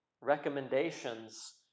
recommendations